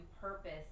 purpose